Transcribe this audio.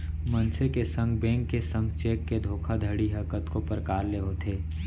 मनसे के संग, बेंक के संग चेक के धोखाघड़ी ह कतको परकार ले होथे